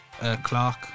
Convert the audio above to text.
Clark